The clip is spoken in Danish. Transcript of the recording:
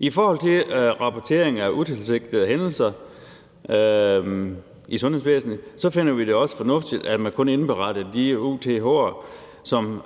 I forhold til rapportering af utilsigtede hændelser i sundhedsvæsenet finder vi det også fornuftigt, at man kun indberetter de utilsigtede hændelser, som